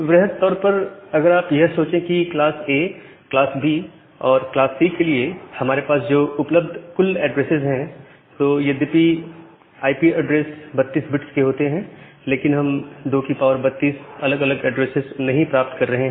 वृहत तौर पर अगर आप यह सोचे कि क्लास A क्लास B और क्लास C लिए हमारे पास जो उपलब्ध कुल ऐड्रेसेस हैं तो यद्यपि आईपी ऐड्रेस 32 बिट्स के होते हैं लेकिन हम 232अलग अलग एड्रेस नहीं प्राप्त कर रहे हैं